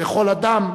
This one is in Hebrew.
לכל אדם,